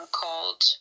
called